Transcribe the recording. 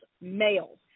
males